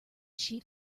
sheet